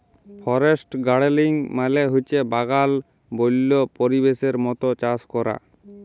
forest গাড়েলিং মালে হছে বাগাল বল্য পরিবেশের মত চাষ ক্যরা